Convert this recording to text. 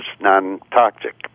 non-toxic